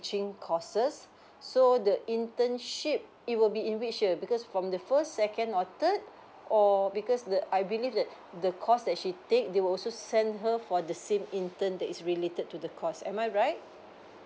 teaching courses so the internship it will be in which year because from the first second or third or because the I believe that the course that she take they will also send her for the same intern that is related to the course am I right